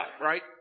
right